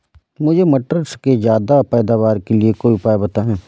मुझे मटर के ज्यादा पैदावार के लिए कोई उपाय बताए?